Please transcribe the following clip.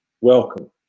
welcome